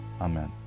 Amen